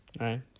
Right